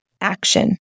action